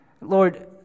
Lord